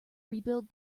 rebuild